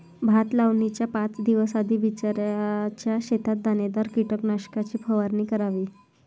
भात लावणीच्या पाच दिवस आधी बिचऱ्याच्या शेतात दाणेदार कीटकनाशकाची फवारणी करावी